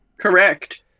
Correct